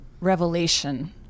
revelation